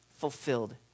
fulfilled